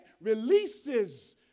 releases